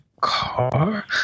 car